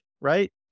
right